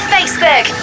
Facebook